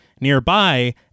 Nearby